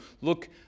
look